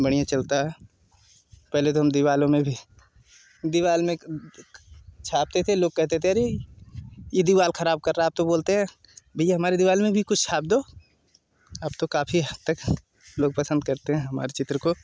बढ़िया चलता है पहले तो हम दीवालों में भी दिवाल में एक छापते थे लोग कहते थे अरे ये दिवाल ख़राब कर रहा अब तो बोलते भईया हमारी दिवाल में कुछ छाप दो अब तो काफ़ी हद तक लोग पसंद करते हैं हमारे चित्र को